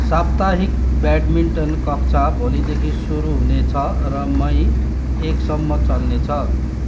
साप्ताहिक ब्याडमिन्टन कक्षा भोलिदेखि सुरु हुनेछ र मई एकसम्म चल्नेछ